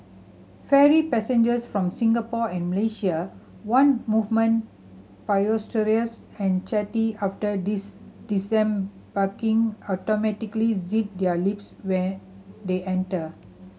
ferry passengers from Singapore and Malaysia one moment boisterous and chatty after disembarking automatically zip their lips when they enter